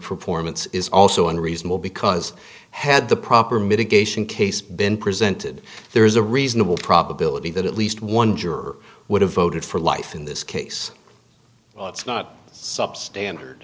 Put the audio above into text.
performance is also unreasonable because had the proper mitigation case been presented there is a reasonable probability that at least one juror would have voted for life in this case it's not sub standard